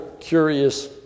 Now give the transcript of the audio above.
curious